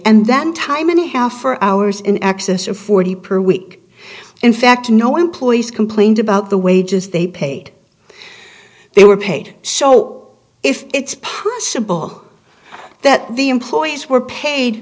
and then time and a half for hours in excess of forty per week in fact no employees complained about the wages they paid they were paid so if it's possible that the employees were paid